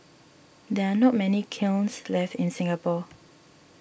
there are not many kilns left in Singapore